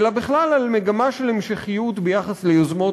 אלא בכלל על המגמה של המשכיות של יוזמות